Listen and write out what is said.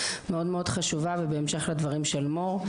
הוא מאוד מאוד חשוב ובהמשך לדברים של מור,